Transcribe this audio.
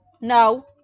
no